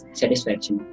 satisfaction